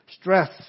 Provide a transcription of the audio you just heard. Stress